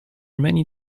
many